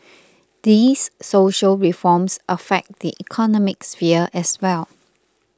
these social reforms affect the economic sphere as well